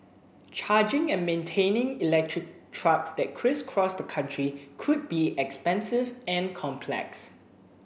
charging and maintaining electric trucks that crisscross the country could be expensive and complex